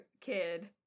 kid